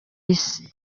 isi